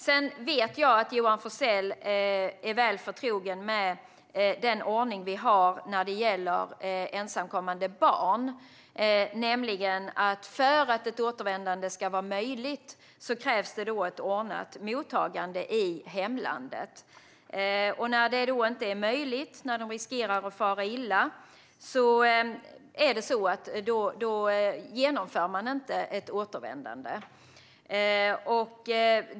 Jag vet att Johan Forssell är väl förtrogen med den ordning som finns när det gäller ensamkommande barn, nämligen att för att ett återvändande ska vara möjligt krävs ett ordnat mottagande i hemlandet. När det inte är möjligt, när barnen riskerar att fara illa, genomförs inte ett återvändande.